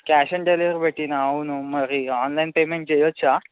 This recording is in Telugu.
క్యాష్ ఆన్ డెలివరీ పెట్టిన అవును మరి ఆన్లైన్ పేమెంట్ చేయవచ్చా